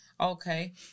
Okay